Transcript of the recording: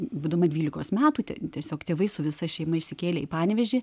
būdama dvylikos metų ten tiesiog tėvai su visa šeima išsikėlė į panevėžį